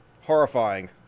Horrifying